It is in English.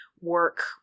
work